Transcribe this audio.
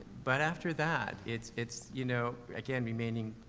but after that, it's, it's, you know, again, remaining,